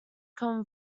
common